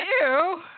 Ew